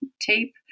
tape